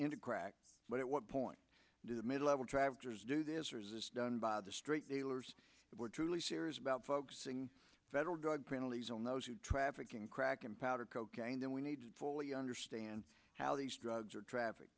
into crack but it what point does a mid level travelers do this or is this done by the straight dealers were truly serious about focusing federal drug penalties on those who trafficking crack and powder cocaine then we need to fully understand how these drugs are traffic